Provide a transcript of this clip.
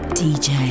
dj